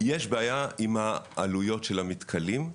יש בעיה עם העלויות של המתכלים.